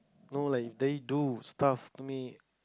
no like they do stuff to me